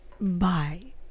Bye